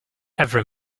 every